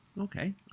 Okay